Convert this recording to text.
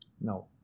no